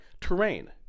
terrain